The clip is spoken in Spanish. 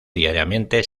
diariamente